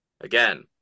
again